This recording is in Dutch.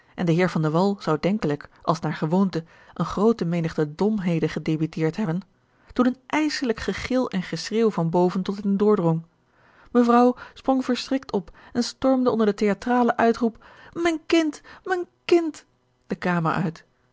en de heer van de wall zou denkelijk als naar gewoonte eene groote menigte domheden gedebiteerd hebben toen een ijselijk gegil en geschreeuw van boven tot hen doordrong mevrouw sprong verschrikt op en stormde onder den théâtralen uitroep mijn kind mijn kind de kamer uit